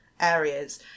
areas